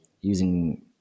using